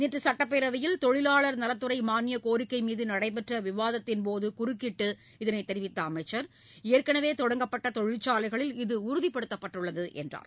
நேற்றுசட்டப்பேரவையில் தொழிலாளர் நலத்துறைமானியக் கோரிக்கைமீதுநடைபெற்றவிவாதத்தின் போதுகுறுக்கிட்டு இதனைத் தெரிவித்தஅமைச்சர் ஏற்கனவேதொடங்கப்பட்டதொழிற்சாலைகளில் இது உறுதிப்படுத்தப்பட்டுள்ளதுஎன்றார்